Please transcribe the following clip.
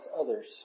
others